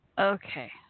Okay